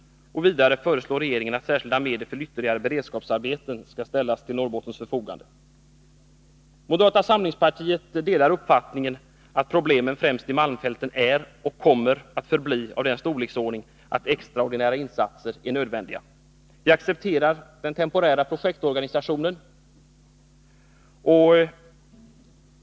Vidare föreslår regeringen att särskilda medel för ytterligare beredskapsarbeten ställs till Norrbottens förfogande. Moderata samlingspartiet delar uppfattningen att problemen i främst malmfälten är och kommer att förbli av den storleksordningen att extraordinära insatser blir nödvändiga. Vi accepterar den temporära projektorganisationen.